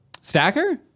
Stacker